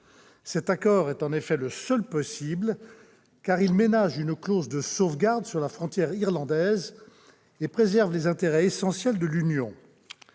Cet accord est en effet le seul possible, car il ménage une clause de sauvegarde sur la frontière irlandaise et préserve les intérêts essentiels de l'Union